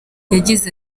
yagize